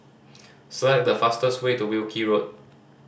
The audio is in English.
select the fastest way to Wilkie Road